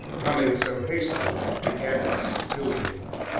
coming so hastily to the end of his pilgrimage.